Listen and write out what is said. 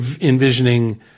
envisioning